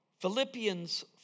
Philippians